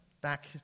Back